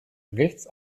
rechts